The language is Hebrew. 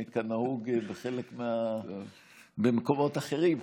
כנהוג במקומות אחרים,